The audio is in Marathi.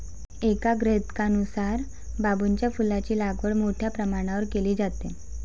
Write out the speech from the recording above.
एका गृहीतकानुसार बांबूच्या फुलांची लागवड मोठ्या प्रमाणावर केली जाते